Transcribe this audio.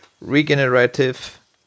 regenerative